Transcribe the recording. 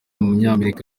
w’umunyamerika